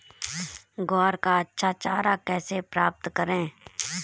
ग्वार का अच्छा चारा कैसे प्राप्त करें?